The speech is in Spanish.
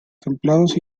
templados